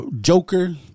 Joker